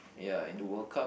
ya in the World Cup